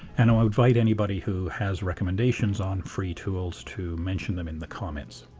and um i invite anybody who has recommendations on free tools to mention them in the comments.